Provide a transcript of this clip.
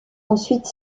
ensuite